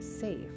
safe